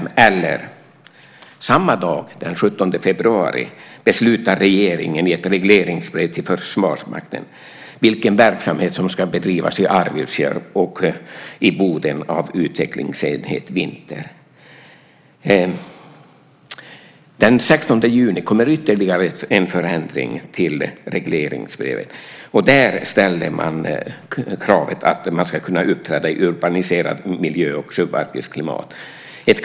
Samma dag, alltså den 17 februari, beslutade regeringen i ett regleringsbrev till Försvarsmakten vilken verksamhet som ska bedrivas i Arvidsjaur och i Boden av utvecklingsenheten Vinter. Den 16 juni kom ytterligare en förändring i förhållande till regleringsbrevet. Där ställs kravet att man ska kunna uppträda i urbaniserad miljö och i subarktiskt klimat.